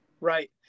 Right